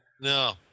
No